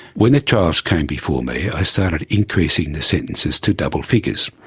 when the trials came before me i started increasing the sentences to double figures.